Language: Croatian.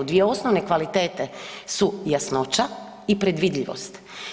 Dvije osnovne kvalitete su jasnoća i predvidljivost.